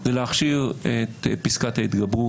הולך להקטין באופן משמעותי את העיסוק של בית המשפט העליון,